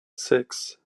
six